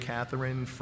Catherine